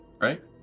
right